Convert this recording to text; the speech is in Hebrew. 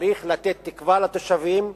צריך לתת תקווה לתושבים.